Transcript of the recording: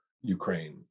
Ukraine